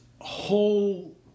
whole